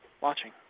watching